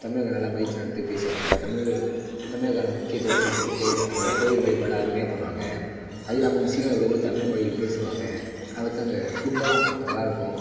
தமிழர்கள் நல்லா மதித்து நடத்தி பேசுவாங்க தமிழர்களும் தமிழர்களுக்கான முக்கியத்துவத்தெல்லாம் கொடுத்து அந்த கோவில் வழிபாடை அருமையாக பண்ணுவாங்க அதுவும் இல்லாமல் அங்கே சீனர்கள் ஊரில் கூட தமிழ்மொழிகள் பேசுவாங்க ஆக மொத்தம் அங்கே ஃபுட்டெலாம் கொஞ்சம் நல்லாயிருக்கும்